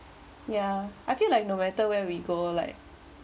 ya I feel like no matter where we go like